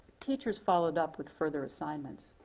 teachers followed up with further assignments.